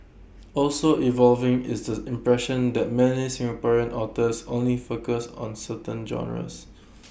also evolving is the impression that many Singaporean authors only focus on certain genres